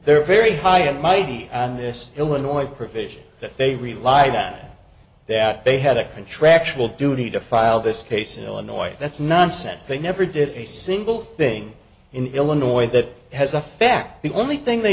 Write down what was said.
there very high and mighty on this illinois provision that they relied on that they had a contractual duty to file this case in illinois that's nonsense they never did a single thing in illinois that has a fact the only thing they